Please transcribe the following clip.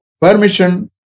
Permission